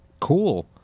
cool